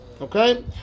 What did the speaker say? Okay